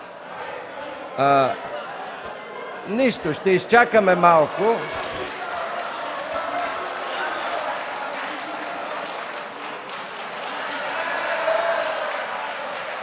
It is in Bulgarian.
Нищо, ще изчакаме малко.